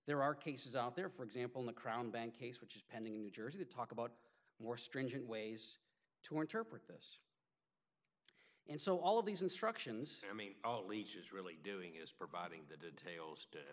there are cases out there for example the crown bank case which is pending in new jersey to talk about more stringent ways to interpret this and so all of these instructions i mean leach is really doing is providing the details